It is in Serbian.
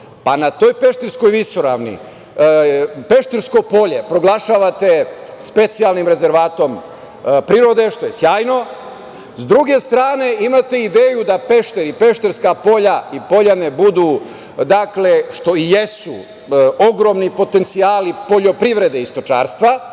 pa na toj Pešterskoj visoravni "Peštersko Polje" proglašavate specijalnim rezervatom prirode, što je sjajno, s druge strane imate ideju da Pešter i Pešterska Polja i poljane budu što i jesu, dakle ogromni potencijali poljoprivrede i stočarstva. Te